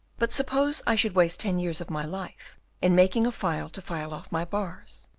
but suppose i should waste ten years of my life in making a file to file off my bars,